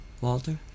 Walter